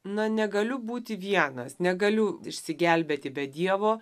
na negaliu būti vienas negaliu išsigelbėti be dievo